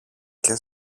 και